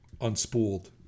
unspooled